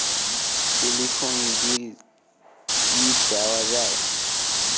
Telephone bill কি দেওয়া যায়?